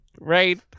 right